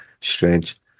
Strange